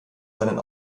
seinen